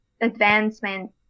advancement